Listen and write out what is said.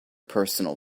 personal